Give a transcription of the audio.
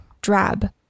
Drab